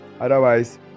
otherwise